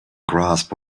grasp